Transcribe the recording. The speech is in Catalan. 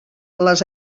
les